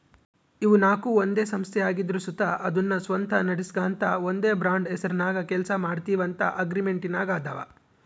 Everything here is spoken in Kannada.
ಇವು ನಾಕು ಒಂದೇ ಸಂಸ್ಥೆ ಆಗಿದ್ರು ಸುತ ಅದುನ್ನ ಸ್ವಂತ ನಡಿಸ್ಗಾಂತ ಒಂದೇ ಬ್ರಾಂಡ್ ಹೆಸರ್ನಾಗ ಕೆಲ್ಸ ಮಾಡ್ತೀವಂತ ಅಗ್ರಿಮೆಂಟಿನಾಗಾದವ